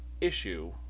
issue